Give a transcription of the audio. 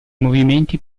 movimenti